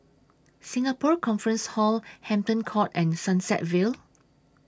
Singapore Conference Hall Hampton Court and Sunset Vale